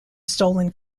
stolen